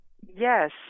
Yes